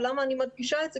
למה אני מדגישה את זה?